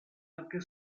anche